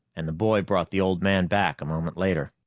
and the boy brought the old man back a moment later.